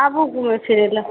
आबु घुमै फिरै लए